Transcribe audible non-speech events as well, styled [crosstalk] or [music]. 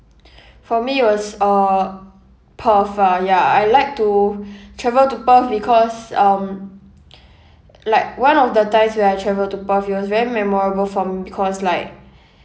[noise] for me it was uh perth ah ya I like to travel to perth because um like one of the times when I travel to perth it was very memorable for me because like